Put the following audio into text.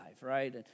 right